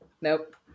Nope